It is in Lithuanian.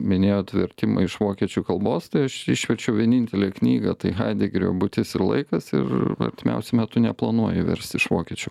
minėjot vertimą iš vokiečių kalbos tai aš išverčiau vienintelę knygą tai haidegerio būtis ir laikas ir artimiausiu metu neplanuoju versti iš vokiečių